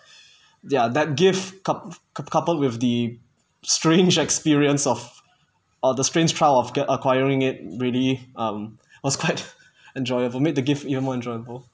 ya that gift coup~ coupled with the strange experience of uh the strange trial of their acquiring it really um was quite enjoyable made the gift even more enjoyable